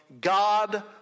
God